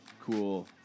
cool